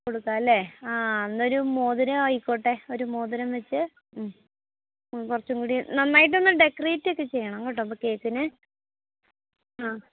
കൊടുക്കാം അല്ലേ ആ എന്നാൽ ഒരു മോതിരം ആയിക്കോട്ടെ ഒരു മോതിരം വച്ചു ഹ് ഹ് കുറച്ചും കൂടി നന്നായിട്ട് ഒന്ന് ഡെക്കറേറ്റ് ഒക്കെ ചെയ്യണം കേട്ടോ അപ്പം കേക്കിനെ ഹ് ഹ്